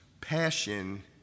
passion